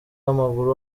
w’amaguru